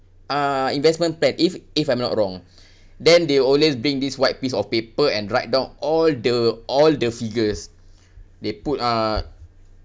uh investment plan if if I'm not wrong then they always bring this white piece of paper and write down all the all the figures they put uh